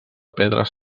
pedres